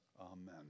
Amen